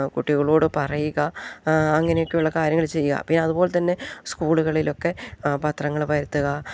കുട്ടികളോട് പറയുക അങ്ങനെയൊക്കെയുള്ള കാര്യങ്ങൾ ചെയ്യുക പിന്നെ അതു പോലെ തന്നെ സ്കൂളുകളിലൊക്കെ പത്രങ്ങൾ വരുത്തുക